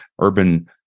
urban